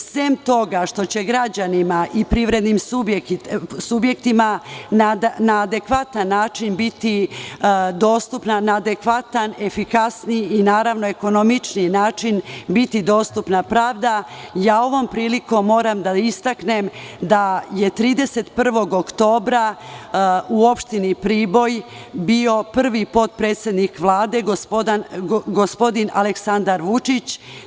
Sem toga što će građanima i privrednim subjektima na adekvatan, efikasniji i ekonomičniji način biti dostupna pravda, ovom prilikom moram da istaknem da je 31. oktobra u opštini Priboj bio prvi potpredsednik Vlade gospodin Aleksandar Vučić.